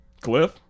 Cliff